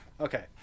Okay